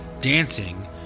dancing